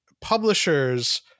publishers